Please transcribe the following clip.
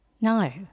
No